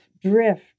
drift